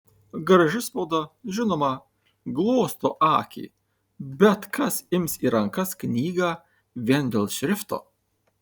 graži spauda žinoma glosto akį bet kas ims į rankas knygą vien dėl šrifto